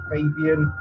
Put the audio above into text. Fabian